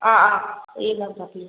ആ ആ